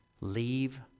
Leave